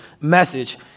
message